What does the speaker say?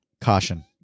caution